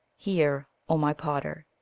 here, o my potter,